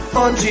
on